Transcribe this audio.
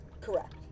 Correct